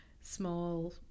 small